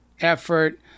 effort